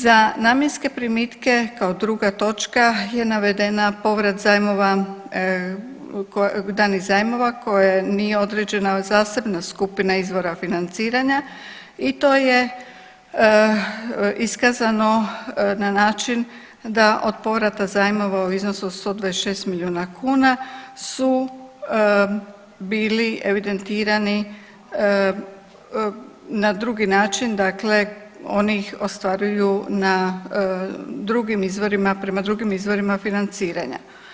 Za namjenske primitke kao druga točka je navedena povrat zajmova, danih zajmova koja nije određena zasebna skupina izvora financiranja i to je iskazano na način da od povrata zajmova u iznosu od 126 milijuna kuna su bili evidentirani na drugi način, dakle oni ostvaruju na drugim izvorima, prema drugim izvorima financiranja.